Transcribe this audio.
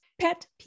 pet